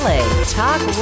Talk